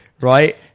Right